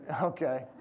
okay